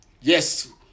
yes